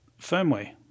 firmware